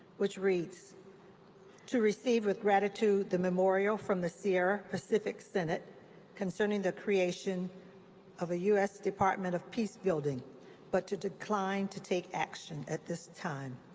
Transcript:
which reads to receive with gratitude the memorial from the sierra pacific synod concerning the creation of a u s. department of peacebuilding but to decline to take action at this time.